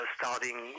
starting